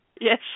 Yes